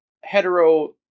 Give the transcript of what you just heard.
hetero